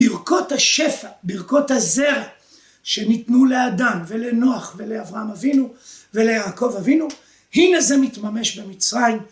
ברכות השפע, ברכות הזרע, שניתנו לאדם, ולנוח, ולאברהם אבינו, וליעקב אבינו: הנה זה מתממש במצרים.